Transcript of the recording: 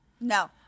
No